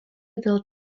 dėl